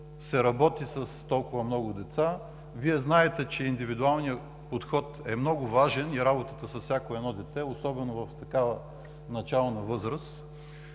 се работи с толкова много деца. Вие знаете, че индивидуалният подход е много важен и работата с всяко едно дете, особено в такава начална възраст.